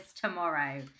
tomorrow